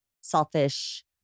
selfish